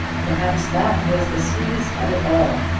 perhaps that was the sweetest of it all,